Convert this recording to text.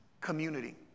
Community